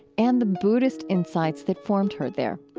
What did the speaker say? and the buddhist insights that formed her there.